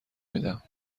میدم